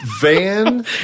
van